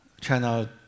China